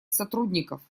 сотрудников